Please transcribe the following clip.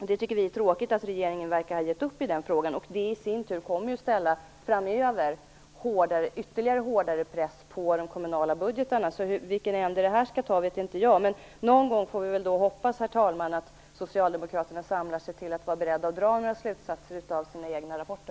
Vi tycker att det är tråkigt att regeringen verkar ha givit upp i den frågan. Det kommer i sin tur framöver att leda till ännu hårdare press på de kommunala budgetarna. Vilken ände det här skall ta vet jag inte. Vi får väl hoppas, herr talman, att socialdemokraterna någon gång samlar ihop sig och visar sig vara beredda att dra slutsatser av sina egna rapporter.